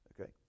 okay